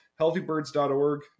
healthybirds.org